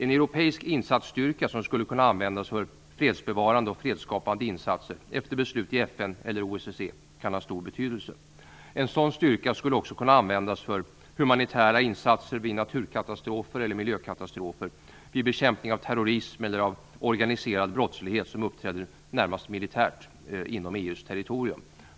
En europeisk insatsstyrka skulle kunna användas till fredsbevarande och fredsskapande insatser efter beslut i FN eller OSSE och få stor betydelse. En sådan styrka skulle också kunna användas till humanitära insatser vid naturkatastrofer eller miljökatastrofer, vid bekämpningen av terrorism eller organiserad brottslighet som uppträder närmast militärt inom EU:s territorium.